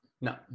no